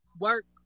work